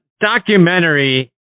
documentary